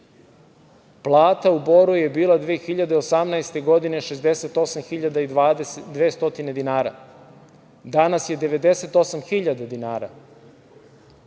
Plata u Boru je bila 2018. godine 68.200 dinara. Danas je 98.000 dinara.